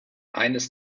eines